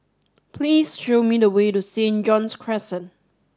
please show me the way to Saint John's Crescent